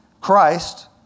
Christ